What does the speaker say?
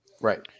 right